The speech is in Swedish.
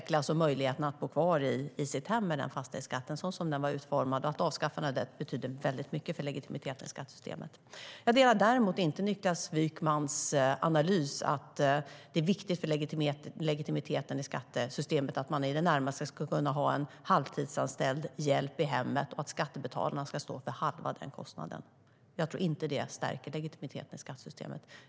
Man oroade sig över möjligheten att bo kvar i sitt hem med den fastighetsskatten, så som den var utformad. Avskaffandet betyder väldigt mycket för legitimiteten i skattesystemet. Jag delar däremot inte Niklas Wykmans analys att det är viktigt för legitimiteten i skattesystemet att man i det närmaste ska kunna ha en halvtidsanställd hjälp i hemmet och att skattebetalarna ska stå för halva den kostnaden. Jag tror inte att det stärker legitimiteten i skattesystemet.